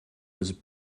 was